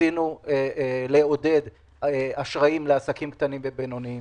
רצינו לעודד אשראים לעסקים קטנים ובינוניים.